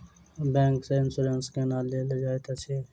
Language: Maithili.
बैंक सँ इन्सुरेंस केना लेल जाइत अछि